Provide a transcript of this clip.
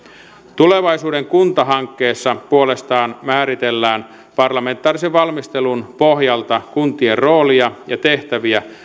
tulevaisuuden kunta hankkeessa puolestaan määritetään parlamentaarisen valmistelun pohjalta kuntien roolia ja tehtäviä